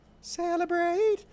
Celebrate